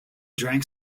drank